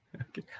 Okay